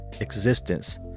existence